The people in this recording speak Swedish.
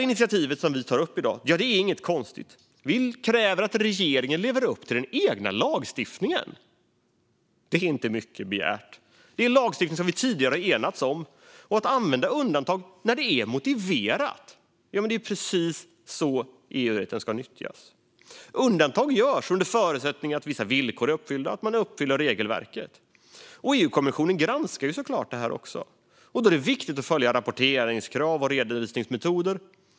Initiativet som vi tar upp i dag är inget konstigt. Vi kräver att regeringen lever upp till den egna lagstiftningen - det är inte mycket begärt. Det är en lagstiftning som vi tidigare enats om. Och att använda undantag när det är motiverat är precis så som EU-rätten ska nyttjas. Undantag kan göras under förutsättning att vissa villkor är uppfyllda och att man följer regelverket. EU-kommissionen granskar såklart detta också, och då är det viktigt att följa rapporteringskrav och redovisningsmetoder.